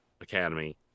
Academy